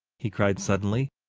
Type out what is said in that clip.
he cried suddenly.